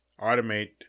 automate